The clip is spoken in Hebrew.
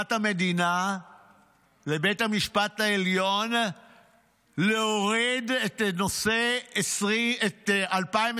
בתשובת המדינה לבית המשפט העליון להוריד את נושא 2026,